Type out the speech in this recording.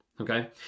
Okay